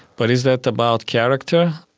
but is that about character?